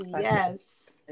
yes